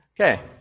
Okay